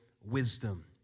wisdom